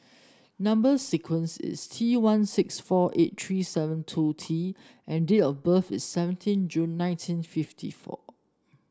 number sequence is T one six four eight three seven two T and date of birth is seventeen June nineteen fifty four